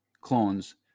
clones